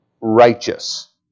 righteous